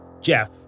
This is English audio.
Jeff